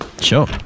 Sure